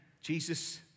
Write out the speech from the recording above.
Jesus